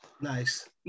Nice